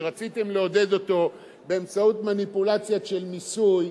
שרציתם לעודד אותו באמצעות מניפולציות של מיסוי,